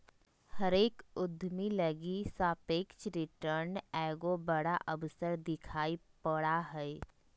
हरेक उद्यमी लगी सापेक्ष रिटर्न एगो बड़ा अवसर दिखाई पड़ा हइ